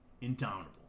Indomitable